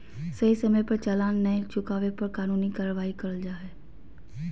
सही समय पर चालान नय चुकावे पर कानूनी कार्यवाही करल जा हय